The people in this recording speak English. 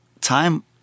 Time